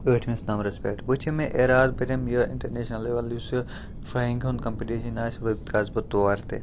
ٲٹھمِس نمبرَس پٮ۪ٹھ وۄنۍ چھِ مےٚ اِرادٕ بہٕ دِمہٕ یہِ اِنٹَرنیشنَل لٮ۪ول یُس یہِ فرٛایِنٛگ ہُنٛد کَمپٕٹِشَن آسہِ وۄنۍ گَژھ بہٕ تور تہِ